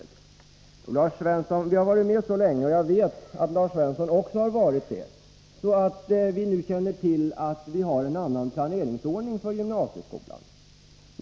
Jo, Lars Svensson, vi har varit med så länge, och jag vet att även Lars Svensson har varit det, att vi nu känner till att vi har en annan planeringsordning för gymnasieskolan.